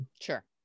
Sure